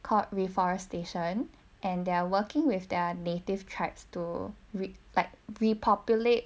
called reforestation and they are working with their native tribes to re~ like repopulate